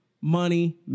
money